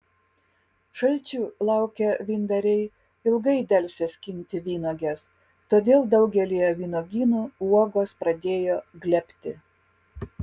šalčių laukę vyndariai ilgai delsė skinti vynuoges todėl daugelyje vynuogynų uogos pradėjo glebti